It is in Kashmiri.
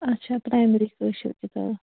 اچھا پرایمری کٲشِر کِتاب